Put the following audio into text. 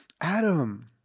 Adam